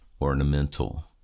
ornamental